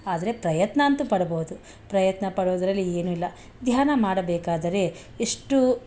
ಆದರೆ ಪ್ರಯತ್ನ ಅಂತೂ ಪಡ್ಬೋದು ಪ್ರಯತ್ನ ಪಡುವುದರಲ್ಲಿ ಏನು ಇಲ್ಲ ಧ್ಯಾನ ಮಾಡಬೇಕಾದರೆ ಎಷ್ಟು